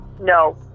No